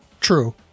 True